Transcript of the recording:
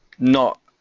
not,